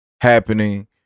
happening